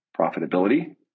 profitability